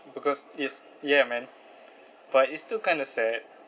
because it's yeah man but it's still kinda sad